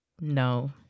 no